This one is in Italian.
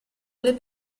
alle